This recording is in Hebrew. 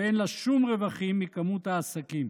ואין לה שום רווחים מכמות העסקים.